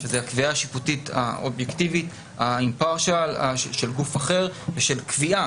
שזאת הקביעה השיפוטית האובייקטיבית של גוף אחר ושל קביעה,